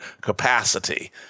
capacity